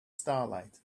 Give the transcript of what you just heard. starlight